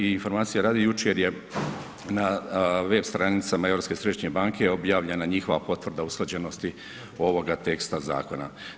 I informacije radi jučer je na web stranicama Europske središnje banke objavljena njihova potvrda usklađenosti ovoga teksta zakona.